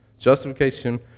Justification